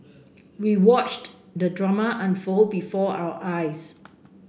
we watched the drama unfold before our eyes